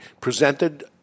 presented